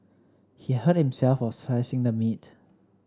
he hurt himself while slicing the meat